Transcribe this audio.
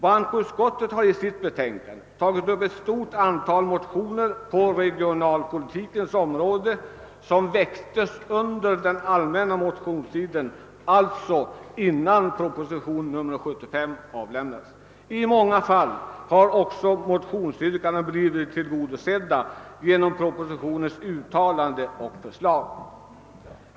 Bankoutskottet har i sitt betänkande tagit upp ett stort antal motioner på regionalpolitikens område, som väcktes under den allmänna motionstiden — alltså innan propositionen 75 avlämnades. I många fall har också motionsyrkandena blivit tillgodosedda genom propositionens uttalanden och förslag.